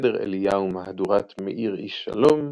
סדר אליהו מהדורת מאיר איש שלום,